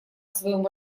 своем